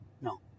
No